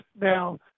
Now